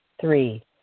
Three